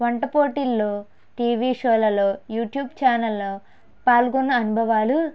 వంట పోటీల్లో టీవీ షోలలో యూట్యూబ్ ఛానెల్లో పాల్గొన్న అనుభవాలు